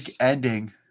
ending